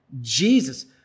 Jesus